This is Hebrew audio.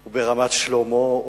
הוא ברמת-שלמה,